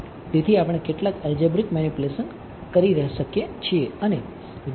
તેથી આપણે કેટલાક એલ્જિબ્રિક મેનીપ્યુલેશન કરી શકીએ છીએ અને